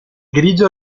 grigio